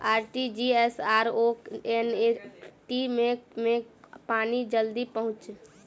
RTGS आओर NEFT मे केँ मे पानि जल्दी पहुँचत